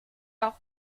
auch